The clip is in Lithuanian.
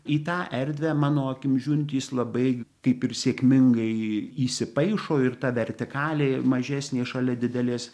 į tą erdvę mano akim žiūrint jis labai kaip ir sėkmingai įsipaišo ir ta vertikalė mažesnė šalia didelės